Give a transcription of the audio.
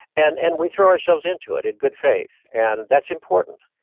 and and we throw ourselves into it in good faith, and that's important.